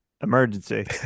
emergency